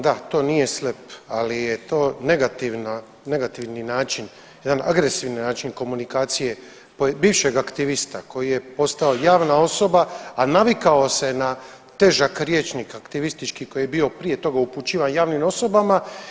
Da, to nije „slep“ ali je to negativni način, jedan agresivni način komunikacije bivšeg aktivista koji je postao javna osoba, a navikao se na težak rječnik aktivistički koji je bio prije toga upućivan javnim osobama.